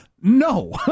No